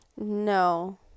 No